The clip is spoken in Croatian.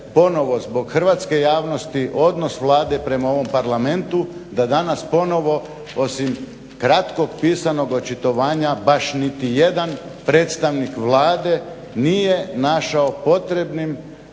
zbog hrvatske javnosti odnos Vlade prema ovom Parlamentu, da danas ponovo osim kratkog pisanog očitovanja baš niti jedan predstavnik Vlade nije našao potrebitim